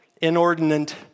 inordinate